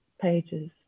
pages